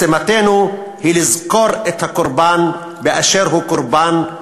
משימתנו היא לזכור את הקורבן באשר הוא קורבן,